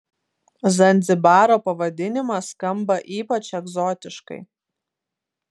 zanzibaro pavadinimas skamba ypač egzotiškai